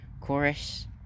Chorus